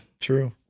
true